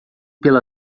pela